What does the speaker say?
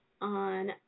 on